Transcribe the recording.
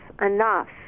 enough